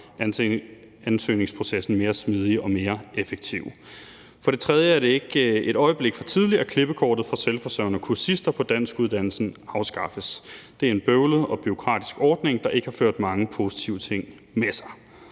ansøgningsprocessen mere smidig og mere effektiv. For det tredje er det ikke et øjeblik for tidligt, at klippekortet for selvforsørgende kursister på danskuddannelsen afskaffes. Det er en bøvlet og bureaukratisk ordning, der ikke har ført mange positive ting med sig.